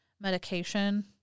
medication